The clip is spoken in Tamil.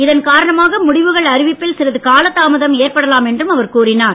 இதன் காரணமாக முடிவுகள் அறிவிப்பில் சிறிது காலதாமதம் ஏற்படலாம் என்றும் அவர் கூறினார்